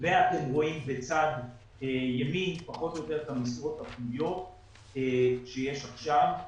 רואים בצד ימין פחות או יותר את המשרות הפנויות שיש עכשיו,